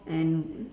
and